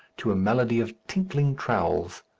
to a melody of tinkling trowels.